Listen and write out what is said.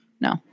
No